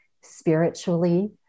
spiritually